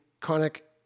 chronic